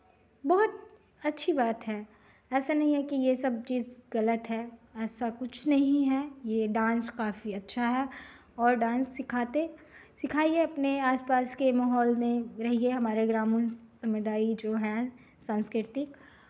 बहुत अच्छी बात है ऐसा नहीं है कि ये सब चीज़ गलत है ऐसा कुछ नहीं है ये डांस काफ़ी अच्छा है और डांस सिखाते सिखाइए अपने आसपास के माहौल में रहिये हमारे ग्रामीण समुदाय जो हैं सांस्कृतिक